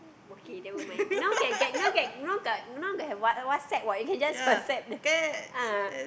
okay never mind now can get now get now got now got WhatsApp what you can just WhatsApp there ah